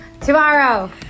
tomorrow